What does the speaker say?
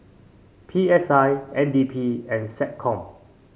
P S I N D P and SecCom